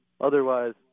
Otherwise